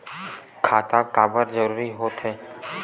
खाता काबर जरूरी हो थे?